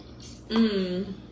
Mmm